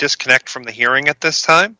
disconnect from the hearing at this time